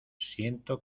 siento